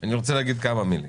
אני רוצה להגיד כמה מילים.